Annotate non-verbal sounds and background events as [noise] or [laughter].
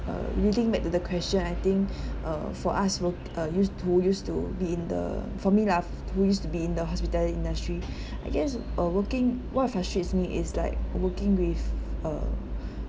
err leading back to the question I think [breath] uh for us we're uh used who used to be in the for me lah who used to be in the hospitality industry [breath] I guess uh working what frustrates me is like working with uh